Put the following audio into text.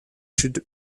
should